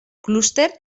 clúster